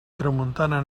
tramuntana